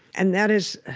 and that is,